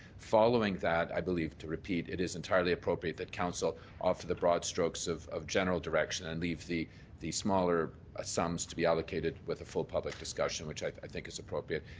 following that i believe to repeat it is entirely appropriate that council offer the broad strokes of of general direction and leave the the smaller ah sums to be allocated with a full public discussion which i think is appropriate.